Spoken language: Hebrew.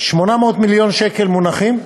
800 מיליון שקל מונחים,